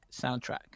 soundtrack